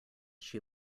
shoe